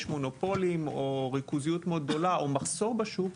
מונופולים או ריכוזיות מאוד גדולה או מחסור בשוק.